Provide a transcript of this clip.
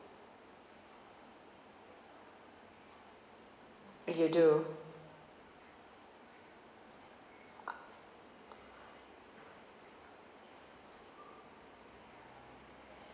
you do